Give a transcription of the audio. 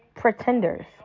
pretenders